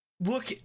Look